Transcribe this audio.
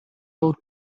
old